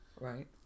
Right